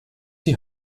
die